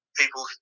people